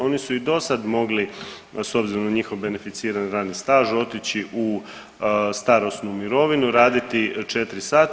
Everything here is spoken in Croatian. Oni su i do sad mogli s obzirom na njihov beneficirani radni staž otići u starosnu mirovinu, raditi 4 sata.